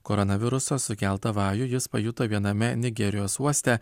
koronaviruso sukeltą vajų jis pajuto viename nigerijos uoste